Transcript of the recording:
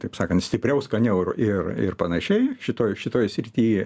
taip sakant stipriau skaniau ir ir ir panašiai šitoj šitoj srity